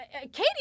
Katie